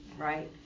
Right